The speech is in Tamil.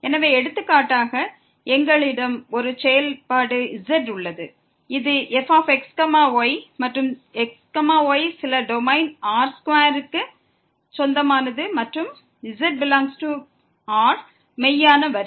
எனவே எடுத்துக்காட்டாக எங்களிடம் ஒரு செயல்பாடு z உள்ளது இது fx y மற்றும் x y சில டொமைன் R2 க்கு சொந்தமானது மற்றும் z∈R மெய்யான வரி